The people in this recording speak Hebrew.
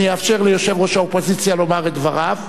אני אאפשר ליושב-ראש האופוזיציה לומר את דבריו,